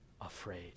afraid